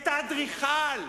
את האדריכל,